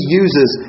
uses